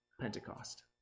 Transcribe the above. Pentecost